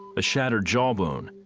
a shattered jawbone,